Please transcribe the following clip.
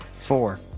four